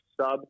sub